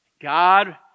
God